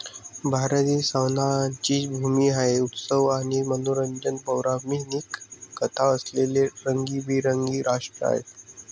भारत ही सणांची भूमी आहे, उत्सव आणि मनोरंजक पौराणिक कथा असलेले रंगीबेरंगी राष्ट्र आहे